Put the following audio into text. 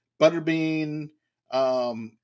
Butterbean